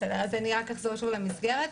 אז אני רק אחזור שוב למסגרת.